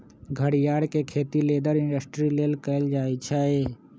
घरियार के खेती लेदर इंडस्ट्री लेल कएल जाइ छइ